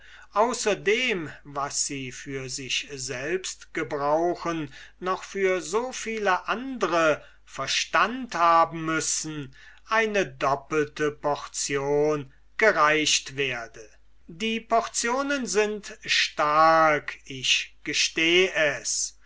außerdem was sie für sich selbst gebrauchen noch für so viele andre verstand haben müssen eine doppelte portion gereicht werde die portionen sind stark ich gesteh es